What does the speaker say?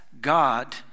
God